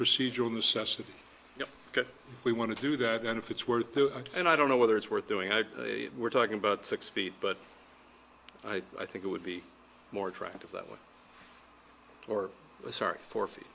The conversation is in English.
procedural necessity if we want to do that and if it's worth two and i don't know whether it's worth doing i we're talking about six feet but i think it would be more attractive that way or a start four feet